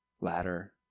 Ladder